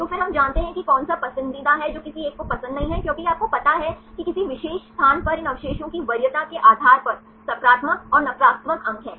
तो फिर हम जानते हैं कि कौन सा पसंदीदा है जो किसी एक को पसंद नहीं है क्योंकि यह आपको पता है कि किसी विशेष स्थान पर इन अवशेषों की वरीयता के आधार पर सकारात्मक और नकारात्मक अंक हैं